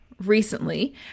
recently